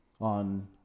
on